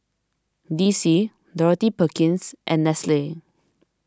D C Dorothy Perkins and Nestle